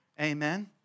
Amen